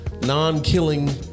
non-killing